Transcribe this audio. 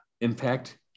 Impact